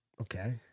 Okay